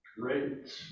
Great